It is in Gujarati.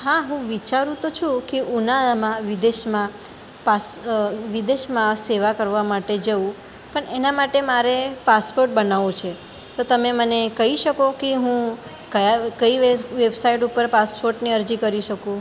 હા હું વિચારું તો છું કે ઉનાળામાં વિદેશમાં પાસ વિદેશમાં સેવા કરવા માટે જઉ પણ એના માટે મારે પાસપોર્ટ બનાવવો છે તો તમે મને કહી શકો કે હું કયા કઈ વેબસાઇડ ઉપર પાસપોર્ટની અરજી કરી શકું